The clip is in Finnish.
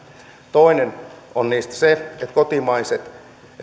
toinen niistä on kotimaiset